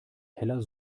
heller